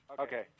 Okay